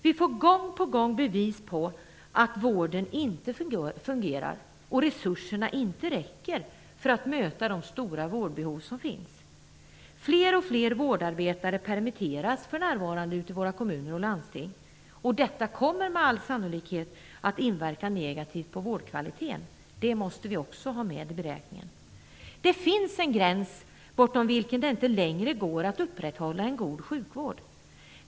Vi får gång på gång bevis på att vården inte fungerar och att resurserna inte räcker för att möta de stora vårdbehov som finns. Fler och fler vårdarbetare permitteras för närvarande ute i våra kommuner och landsting. Detta kommer med all sannolikhet att inverka negativt på vårdkvaliteten. Det måste vi också ha med i beräkningen. Det finns en gräns bortom vilken det inte längre går att upprätthålla en god sjukvård.